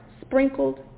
sprinkled